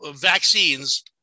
vaccines